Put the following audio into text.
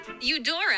Eudora